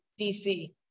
DC